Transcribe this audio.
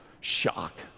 shock